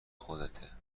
خودتونه